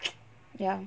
ya